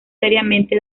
seriamente